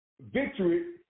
victory